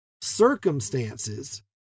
circumstances